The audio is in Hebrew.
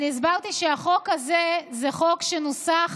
אני הסברתי שהחוק הזה זה חוק שנוסח